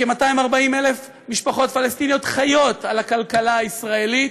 שכ-240,000 משפחות פלסטיניות חיות על הכלכלה הישראלית.